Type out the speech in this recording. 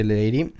lady